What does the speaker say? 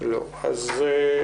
אם כך,